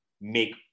make